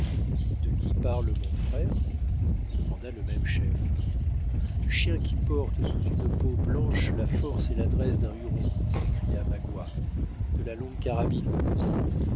de qui parle mon frère demanda le même chef du chien qui porte sous une peau blanche la force et l'adresse d'un huron s'écria magua de la longue carabine ce